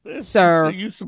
sir